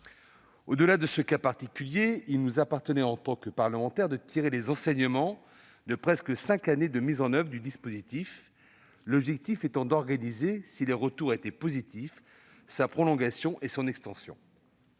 Au-delà de ce cas particulier, il nous appartenait, en tant que parlementaires, de tirer les enseignements de presque cinq années de mise en oeuvre du dispositif, l'objectif étant d'organiser, si les retours étaient positifs, sa prolongation et son extension.